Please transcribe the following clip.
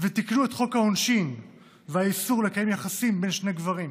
תיקנו את חוק העונשין והאיסור לקיים יחסים בין שני גברים,